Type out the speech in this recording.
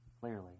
Clearly